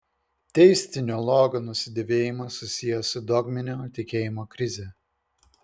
teistinio logo nusidėvėjimas susijęs su dogminio tikėjimo krize